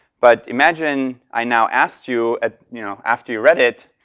but imagine i now asked you, ah you know after you read it,